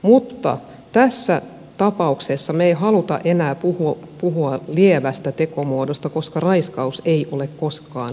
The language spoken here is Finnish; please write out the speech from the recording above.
mutta tässä tapauksessa me emme halua enää puhua lievästä tekomuodosta koska raiskaus ei ole koskaan lievä